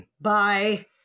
bye